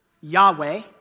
Yahweh